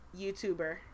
YouTuber